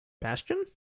Bastion